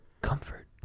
comfort